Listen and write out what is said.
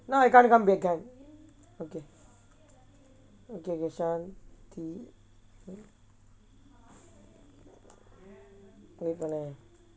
now I can't come back ah okay okay wait பண்ணு:pannu